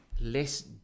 less